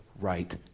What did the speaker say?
right